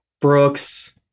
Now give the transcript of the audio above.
Brooks